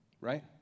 right